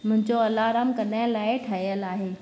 मुंहिंजो अलाराम कॾहिं लाइ ठहियलु आहे